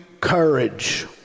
courage